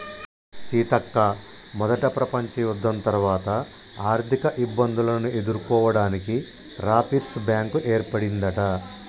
సీతక్క మొదట ప్రపంచ యుద్ధం తర్వాత ఆర్థిక ఇబ్బందులను ఎదుర్కోవడానికి రాపిర్స్ బ్యాంకు ఏర్పడిందట